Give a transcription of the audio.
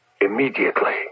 immediately